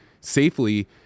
safely